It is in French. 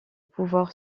pouvoir